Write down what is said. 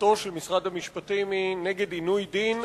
שגישתו של משרד המשפטים היא נגד עינוי דין,